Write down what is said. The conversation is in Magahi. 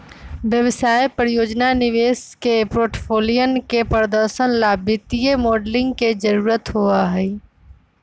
व्यवसाय, परियोजना, निवेश के पोर्टफोलियन के प्रदर्शन ला वित्तीय मॉडलिंग के जरुरत होबा हई